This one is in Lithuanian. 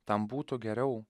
tam būtų geriau